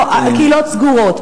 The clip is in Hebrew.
אמרתי, לא, קהילות סגורות.